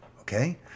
okay